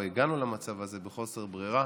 או הגענו למצב הזה מחוסר ברירה,